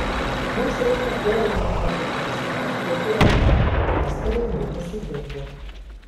mums reikia poėmio orderio viskam prie ko auka pastarąjį mėnesį dirbo